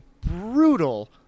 brutal